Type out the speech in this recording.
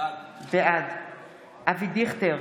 בעד אבי דיכטר,